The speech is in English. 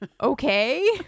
Okay